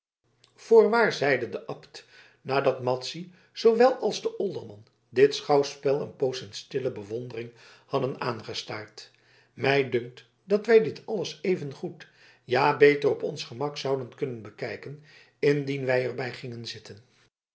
zeide de abt nadat madzy zoowel als de olderman dit schouwspel een poos in stille bewondering hadden aangestaard mij dunkt dat wij dit alles evengoed ja beter op ons gemak zouden kunnen bekijken indien wij er bij gingen zitten